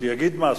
שיגיד משהו.